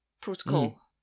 protocol